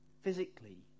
physically